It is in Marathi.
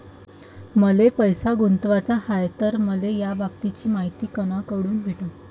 मले पैसा गुंतवाचा हाय तर मले याबाबतीची मायती कुनाकडून भेटन?